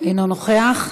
אינו נוכח,